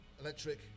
electric